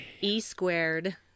E-Squared